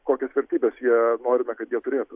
kokias vertybes jie norime kad jie turėtų